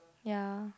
ya